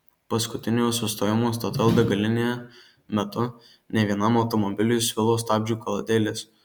paskutiniojo sustojimo statoil degalinėje metu ne vienam automobiliui svilo stabdžių kaladėlės